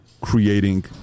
creating